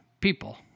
people